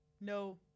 No